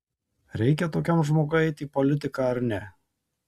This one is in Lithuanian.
reikia tokiam žmogui eiti į politiką ar ne